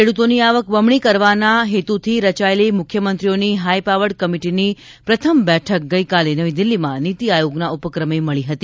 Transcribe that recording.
ખેડૂતોની આવક બમણી કરવાના હેતુથી રચાયેલી મુખ્યમંત્રીઓની હાઈપાવર્ડ કમિટિની પ્રથમ બેઠક ગઇકાલે નવી દિલ્હીમાં નીતિ આયોગના ઉપક્રમે મળી હતી